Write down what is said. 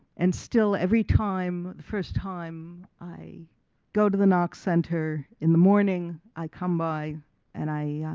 and still every time, the first time i go to the knox center in the morning i come by and i,